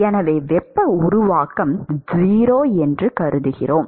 எனவே வெப்ப உருவாக்கம் 0 என்று கருதிகிறேன்